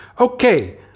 Okay